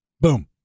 Boom